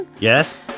Yes